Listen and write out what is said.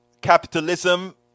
capitalism